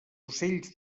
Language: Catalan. ocells